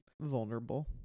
vulnerable